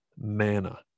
manna